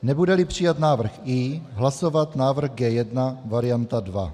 Nebudeli přijat návrh I, hlasovat návrh G1, varianta 2.